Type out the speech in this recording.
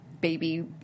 baby